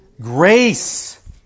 Grace